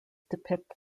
depict